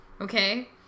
okay